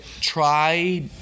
try